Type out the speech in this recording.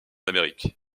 amérique